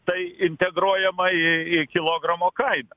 tai integruojama į į kilogramo kainą